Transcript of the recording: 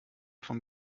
von